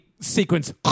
Sequence